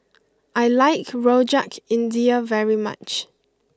I like Rojak India very much